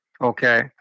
okay